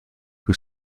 who